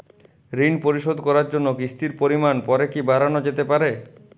ঋন পরিশোধ করার জন্য কিসতির পরিমান পরে কি বারানো যেতে পারে?